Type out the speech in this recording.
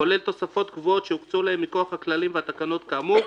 כולל תוספות קבועות שהוקצו להם מכוח הכללים והתקנות כאמור,